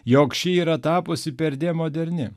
jog ši yra tapusi perdėm moderni